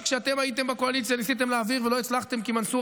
שכשאתם הייתם בקואליציה ניסיתם להעביר ולא הצלחתם כי מנסור